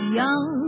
young